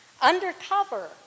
Undercover